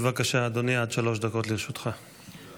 5 משה רוט (יהדות התורה):